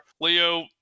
Leo